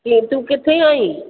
ईअं तू किथे आईं